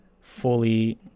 fully